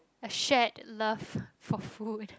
a shared love for food